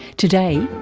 today,